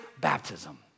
baptism